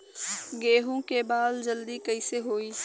गेहूँ के बाल जल्दी कईसे होई?